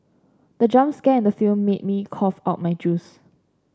the jump scare in the film made me cough out my juice